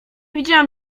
widziałam